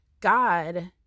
God